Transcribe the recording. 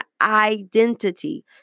identity